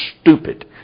stupid